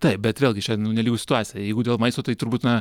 taip bet vėlgi čia nu nelygu situacija jeigu dėl maisto tai turbūt na